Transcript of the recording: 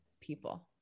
people